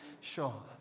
sure